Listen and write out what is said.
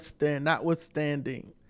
notwithstanding